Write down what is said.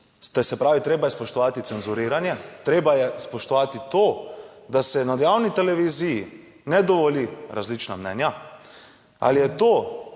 se pravi, treba je spoštovati cenzuriranje, treba je spoštovati to, da se na javni televiziji ne dovoli različna mnenja. Ali je to